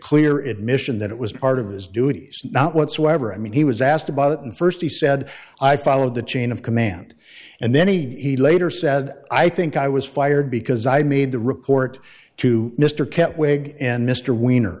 clear admission that it was part of his duties not whatsoever i mean he was asked about it in first he said i followed the chain of command and then he later said i think i was fired because i made the report to mr kemp wig and mr winner